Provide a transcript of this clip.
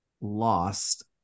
lost